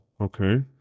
Okay